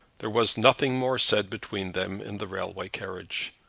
there was nothing more said between them in the railway carriage,